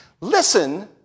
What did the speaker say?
Listen